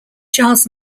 charles